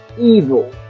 evil